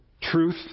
truth